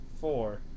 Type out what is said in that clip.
Four